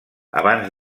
abans